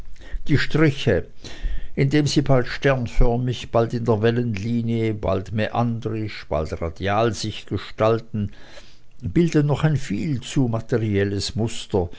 die striche indem sie bald sternförmig bald in der wellenlinie bald mäandrisch bald radial sich gestalten bilden ein noch viel zu materielles muster